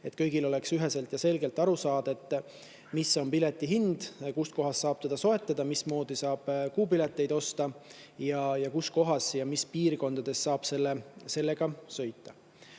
et kõigil oleks üheselt ja selgelt aru saada, mis on pileti hind, kustkohast saab piletit soetada, mismoodi saab kuupiletit osta ning kus ja mis piirkondades saab sellega sõita.